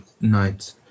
night